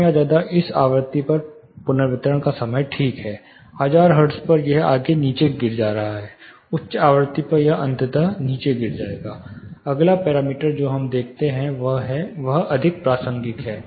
कम या ज्यादा इस आवृत्ति पर पुनर्संयोजन का समय ठीक है 1000 हर्ट्ज पर यह आगे नीचे आ रहा है उच्च आवृत्ति पर यह अंततः नीचे गिर जाएगा अगला पैरामीटर जो हम देखेंगे वह अधिक प्रासंगिक है